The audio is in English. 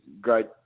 great